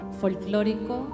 Folclórico